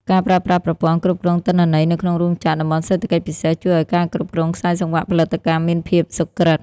ការប្រើប្រាស់ប្រព័ន្ធគ្រប់គ្រងទិន្នន័យ នៅក្នុងរោងចក្រ តំបន់សេដ្ឋកិច្ចពិសេស ជួយឱ្យការគ្រប់គ្រងខ្សែសង្វាក់ផលិតកម្មមានភាពសុក្រឹត។